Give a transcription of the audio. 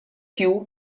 più